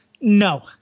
No